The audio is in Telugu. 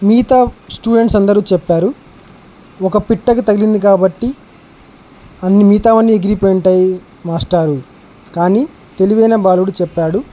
మిగతా స్టూడెంట్స్ అందరూ చెప్పారు ఒక పిట్టకు తగిలింది కాబట్టి అన్ని మిగతా అన్ని ఎగిరి పోయుంటాయి మాస్టారు కానీ తెలివైన బాలుడు చెప్పాడు